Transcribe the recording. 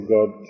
God